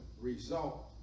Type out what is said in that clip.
result